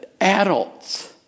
adults